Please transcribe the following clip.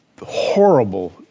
horrible